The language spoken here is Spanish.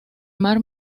mar